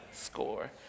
Score